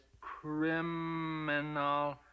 criminal